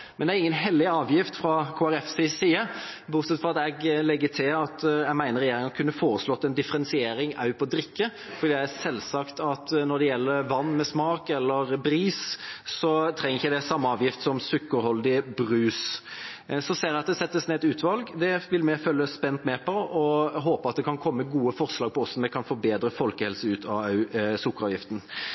Men det er ingen hellig avgift fra Kristelig Folkepartis side, bortsett fra at jeg mener regjeringa kunne foreslått en differensiering også på drikke, for det er selvsagt at vann med smak, som Bris, ikke trenger samme avgift som sukkerholdig brus. Jeg ser at det settes ned et utvalg. Det vil vi følge spent med på, og vi håper at det kan komme gode forslag til hvordan vi kan få bedre folkehelse ut av sukkeravgiften.